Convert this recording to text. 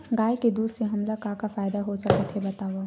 गाय के दूध से हमला का का फ़ायदा हो सकत हे बतावव?